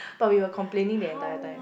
but we were complaining the entire time